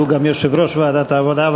שהוא גם יושב-ראש ועדת העבודה,